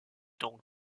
donc